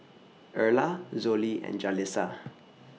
Erla Zollie and Jalissa